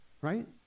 Right